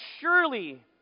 surely